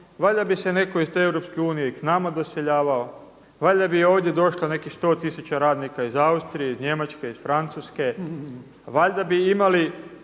valjda bi se netko iz te Europske unije i k nama doseljavao. Valjda bi ovdje došlo 100 tisuća radnika iz Austrije, iz Njemačke, iz Francuske. Valjda bi imali